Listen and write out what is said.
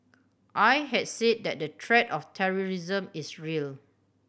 I had said that the threat of terrorism is real